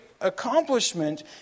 accomplishment